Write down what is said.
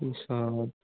আচছা